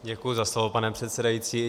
Děkuji za slovo, pane předsedající.